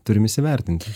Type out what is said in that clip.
turim įsivertinti